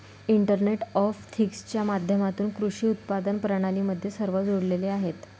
internet of थिंग्जच्या माध्यमातून कृषी उत्पादन प्रणाली मध्ये सर्व जोडलेले आहेत